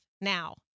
now